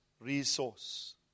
resource